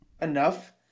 enough